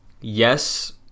yes